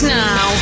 now